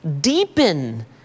Deepen